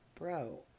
Bro